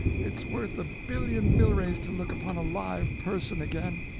it's worth a billion milrays to look upon a live person again!